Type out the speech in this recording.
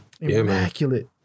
Immaculate